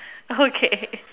okay